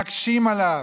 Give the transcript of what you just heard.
מקשים עליו.